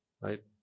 right